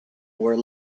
were